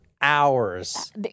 hours